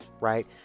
right